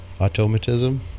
Automatism